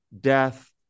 death